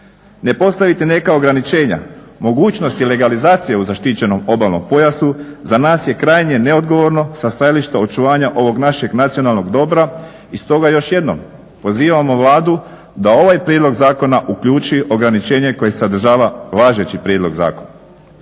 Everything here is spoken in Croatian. Ne postaviti neka ograničenja, mogućnosti legalizacije u zaštićenom obalnom pojasu, za nas je krajnje neodgovorno sa stajališta očuvanja ovog našeg nacionalnog dobra i stoga još jednom pozivamo Vladu da u ovaj prijedlog zakona uključi ograničenje koje sadržava važeći prijedlog zakona.